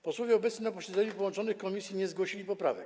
Posłowie obecni na posiedzeniu połączonych komisji nie zgłosili poprawek.